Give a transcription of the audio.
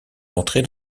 d’entrer